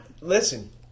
Listen